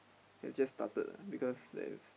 has just started ah because there's